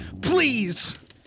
please